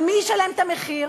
אבל מי ישלם את המחיר?